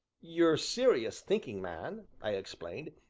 your serious, thinking man, i explained,